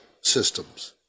systems